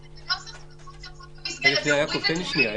הנוסח של חוק המסגרת זה אורים ותומים?